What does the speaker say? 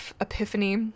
epiphany